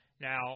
Now